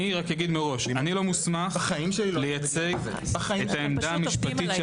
רק אומר מראש אני לא מוסמך לייצג את העמדה המשפטית של